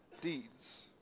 deeds